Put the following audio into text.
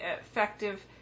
effective